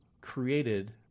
created